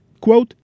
Quote